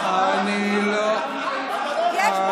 --- אני לא הכרזתי,